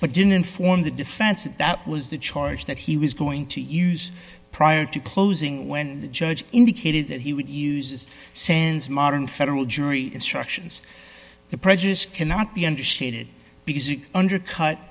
but didn't inform the defense and that was the charge that he was going to use prior to closing when the judge indicated that he would use sans modern federal jury instructions the prejudice cannot be understated